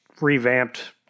revamped